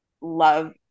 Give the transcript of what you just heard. love